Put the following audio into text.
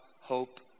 hope